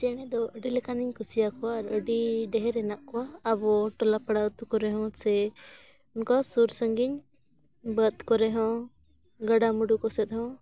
ᱪᱮᱬᱮ ᱫᱚ ᱟᱹᱰᱤ ᱞᱮᱠᱟᱱᱤᱧ ᱠᱩᱥᱤᱭᱟᱠᱚᱣᱟ ᱟᱨ ᱟᱹᱰᱤ ᱰᱷᱮᱨ ᱦᱮᱱᱟᱜ ᱠᱚᱣᱟ ᱟᱵᱚ ᱴᱚᱞᱟ ᱯᱟᱲᱟ ᱟᱛᱳ ᱠᱚᱨᱮ ᱦᱚᱸ ᱥᱮ ᱚᱱᱠᱟ ᱥᱩᱨ ᱥᱟᱺᱜᱤᱧ ᱵᱟᱹᱫᱽ ᱠᱚᱨᱮ ᱦᱚᱸ ᱜᱟᱰᱟ ᱢᱩᱰᱩ ᱠᱚᱥᱮᱫ ᱦᱚᱸ